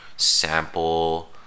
sample